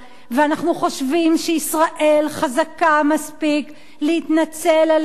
ואנחנו חושבים שישראל חזקה מספיק להתנצל על הרג